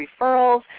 referrals